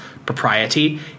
propriety